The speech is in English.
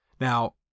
Now